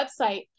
website